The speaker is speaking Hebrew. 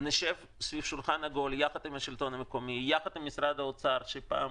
נשב סביב שולחן עגול יחד עם השלטון המקומי ויחד עם משרד האוצר שפעם